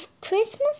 Christmas